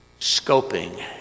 scoping